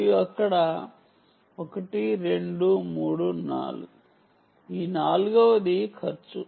మరియు అక్కడ 1 2 3 4 నాలుగవది ఖర్చు